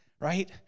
right